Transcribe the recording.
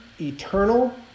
eternal